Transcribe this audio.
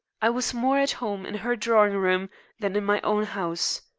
i was more at home in her drawing-room than in my own house.